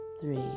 three